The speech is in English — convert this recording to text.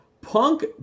Punk